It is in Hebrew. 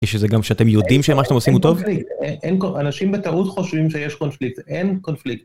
יש איזה גם שאתם יודעים שמה שאתם עושים הוא טוב? אנשים בטעות חושבים שיש קונפליקט, אין קונפליקט.